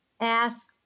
ask